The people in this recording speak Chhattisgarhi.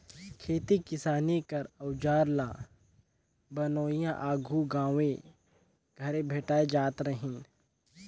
खेती किसानी कर अउजार ल बनोइया आघु गाँवे घरे भेटाए जात रहिन